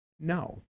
No